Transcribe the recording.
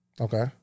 Okay